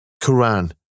Quran